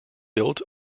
built